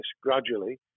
gradually